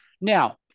Now